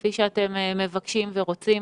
כפי שאתם מבקשים ורוצים.